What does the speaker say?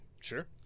Sure